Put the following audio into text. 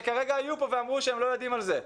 שכרגע היו פה ואמרו שהם לא יודעים על זה,